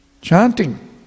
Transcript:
Chanting